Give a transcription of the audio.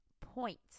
point